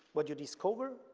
what you discover,